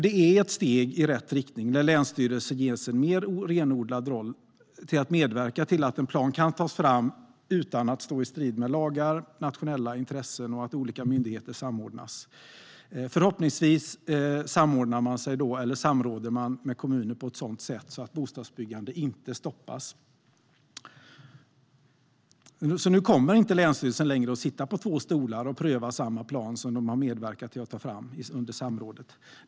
Det är ett steg i rätt riktning när länsstyrelsen ges en mer renodlad roll för att medverka till att en plan kan tas fram utan att stå i strid med lagar och nationella intressen och där olika myndigheter samordnas. Förhoppningsvis samråder man med kommuner på ett sådant sätt att bostadsbyggande inte stoppas. Nu kommer länsstyrelsen inte längre att sitta på två stolar och pröva samma plan som de har medverkat till att ta fram under samrådet.